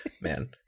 Man